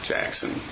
Jackson